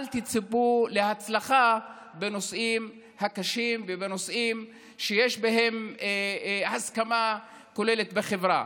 אל תצפו להצלחה בנושאים הקשים ובנושאים שיש בהם הסכמה כוללת בחברה.